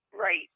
Right